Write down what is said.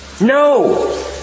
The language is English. No